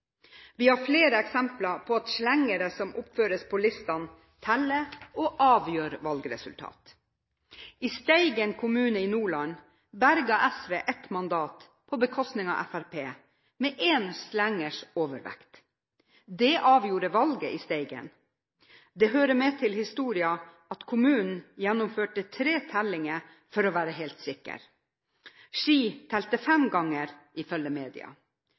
Vi har flere eksempler på at slengere som oppføres på listene, teller, og avgjør valgresultat. I Steigen kommune i Nordland berget SV ett mandat på bekostning av Fremskrittspartiet, med én slengers overvekt. Det avgjorde valget i Steigen. Det hører med til historien at kommunen gjennomførte tre tellinger for å være helt sikker. Ski talte fem ganger, ifølge media.